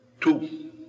Two